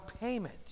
payment